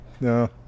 No